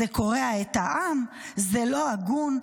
קורע את העם ולא הגון",